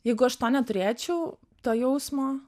jeigu aš to neturėčiau to jausmo